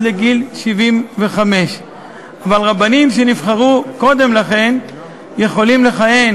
לגיל 75. כבר רבנים שנבחרו קודם לכן יכולים לכהן,